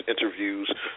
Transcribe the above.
interviews